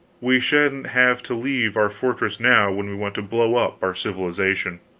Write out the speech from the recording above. we sha'n't have to leave our fortress now when we want to blow up our civilization.